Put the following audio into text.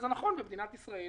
נכון, במדינת ישראל